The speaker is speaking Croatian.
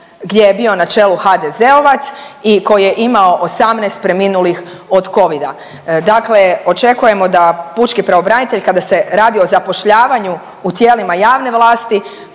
gdje je bio na čelnu HDZ-ovac i koji je imao 18 preminulih od Covida. Dakle, očekujemo da pučki pravobranitelj kada se radi o zapošljavanju u tijelima javne vlasti